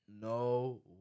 no